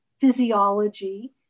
physiology